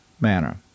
manner